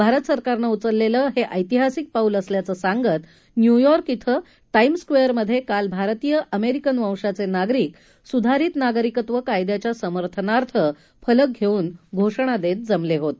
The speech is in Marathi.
भारत सरकारनं उचललेलं हे ऐतिहासिक पाऊल असल्याचं सांगत न्यूयॉर्क ििं टाईम स्क्वेअरमध्ये काल भारतीय अमेरिकन वंशाचे नागारिक सुधारित नागरिकत्व कायद्याच्या समर्थनार्थ फलक घेऊन घोषणा देत जमले होते